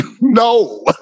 No